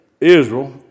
Israel